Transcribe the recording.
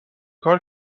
کار